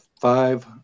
five